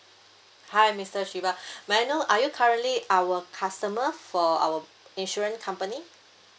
hi mister shiba may I know are you currently our customer for our insurance company